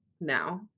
now